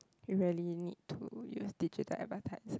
you really need to use digital advertise